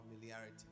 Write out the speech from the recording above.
familiarity